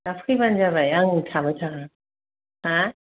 दा फैबानो जाबाय आं थाबाय थाखागोन हा